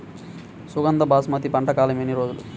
సుగంధ బాస్మతి పంట కాలం ఎన్ని రోజులు?